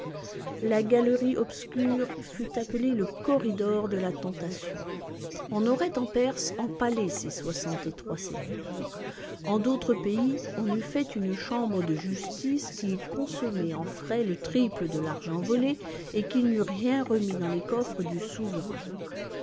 la galerie obscure fut appelée le corridor de la tentation on aurait en perse empalé ces soixante et trois seigneurs en d'autres pays on eût fait une chambre de justice qui eût consommé en frais le triple de l'argent volé et qui n'eût rien remis dans les coffres du souverain